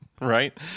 right